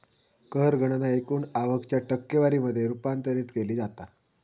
कर गणना एकूण आवक च्या टक्केवारी मध्ये रूपांतरित केली जाता